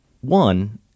One